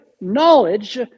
knowledge